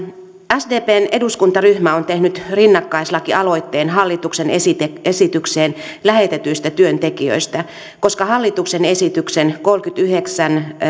sdpn eduskuntaryhmä on tehnyt rinnakkaislakialoitteen hallituksen esitykseen lähetetyistä työntekijöistä koska hallituksen esityksen kolmekymmentäyhdeksän